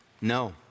No